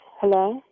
Hello